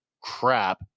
crap